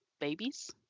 babies